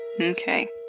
okay